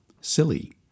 silly